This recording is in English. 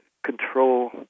control